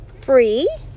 free